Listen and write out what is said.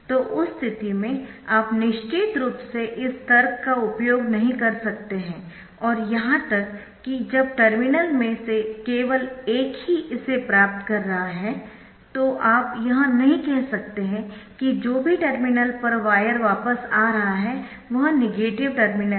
तो उस स्थिति में आप निश्चित रूप से इस तर्क का उपयोग नहीं कर सकते है और यहां तक कि जब टर्मिनल में से केवल एक ही इसे प्राप्त कर रहा है तो आप यह नहीं कह सकते कि जो भी टर्मिनल पर वायर वापस आ रहा है वह नेगेटिव टर्मिनल है